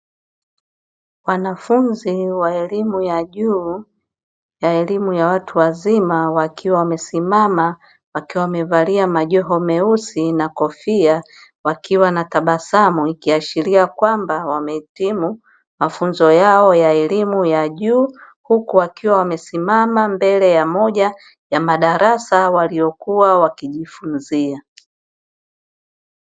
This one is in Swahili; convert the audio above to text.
Wanafunzi wa elimu ya juu ya elimu ya watu wazima wakiwa wamesimama, wakiwa wamevalia majoho meusi na kofia wakiwa wanatabasamu. Ikiashiria kwamba wamehitimu mafunzo yao ya elimu ya juu, Huku wakiwa wamesimama mbele ya moja ya madarasa waliyokuwa wakijifunzia.